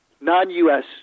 non-U.S